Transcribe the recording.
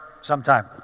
sometime